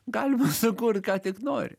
galima sukurt ką tik nori